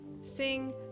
sing